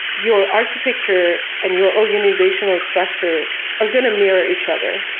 your architecture and your organizational structure are going to mirror each other.